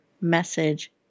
message